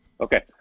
Okay